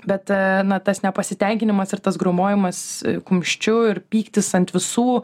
bet na tas nepasitenkinimas ir tas grūmojimas kumščiu ir pyktis ant visų